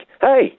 Hey